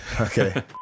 Okay